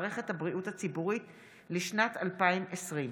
עבירה כלפי קשיש או חסר ישע),